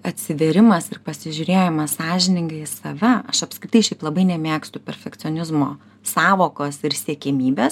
atsivėrimas ir pasižiūrėjimas sąžiningai į save aš apskritai šiaip labai nemėgstu perfekcionizmo sąvokos ir siekiamybės